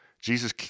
Jesus